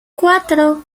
cuatro